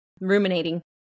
Ruminating